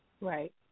Right